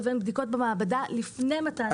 לבין בדיקות במעבדה לפני מתן ההיתר.